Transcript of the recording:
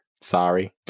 Sorry